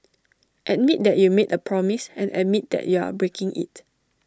admit that you made A promise and admit that you are breaking IT